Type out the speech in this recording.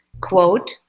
quote